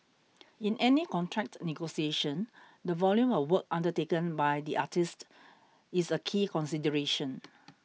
in any contract negotiation the volume of work undertaken by the artiste is a key consideration